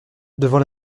devant